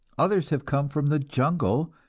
others have come from the jungle,